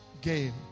game